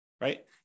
right